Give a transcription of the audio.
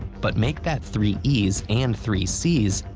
but make that three e's and three c's,